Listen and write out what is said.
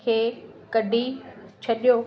खे कढी छॾियो